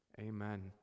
amen